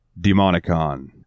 Demonicon